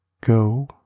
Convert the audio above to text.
Go